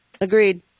Agreed